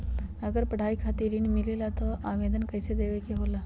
अगर पढ़ाई खातीर ऋण मिले ला त आवेदन कईसे देवे के होला?